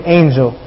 angel